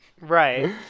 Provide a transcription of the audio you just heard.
Right